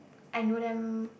I know them